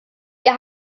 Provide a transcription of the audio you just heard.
ihr